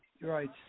Right